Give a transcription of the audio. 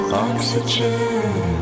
oxygen